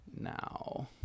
now